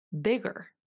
bigger